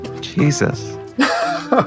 Jesus